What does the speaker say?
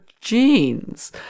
genes